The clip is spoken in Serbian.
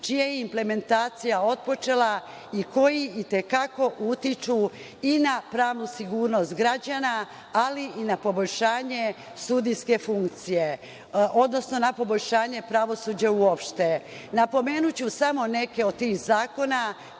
čija je implementacija otpočela i koji, itekako, utiču i na pravnu sigurnost građana, ali i na poboljšanje sudijske funkcije, odnosno na poboljšanje pravosuđa uopšte. Napomenuću samo neke od tih zakona,